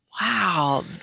wow